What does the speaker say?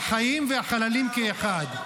החיים והחללים כאחד.